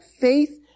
faith